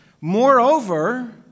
Moreover